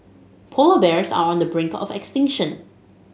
polar bears are on the brink of extinction